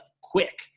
quick